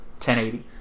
1080